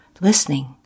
listening